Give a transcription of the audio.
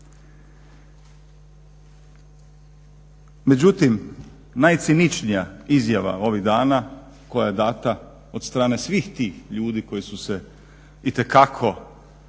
Međutim, najciničnija izjava ovih dana koja je dana od strane svih tih ljudi koji su se itekako militantno